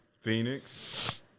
Phoenix